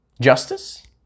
Justice